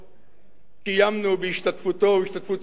קיימנו בהשתתפותו ובהשתתפות שר הביטחון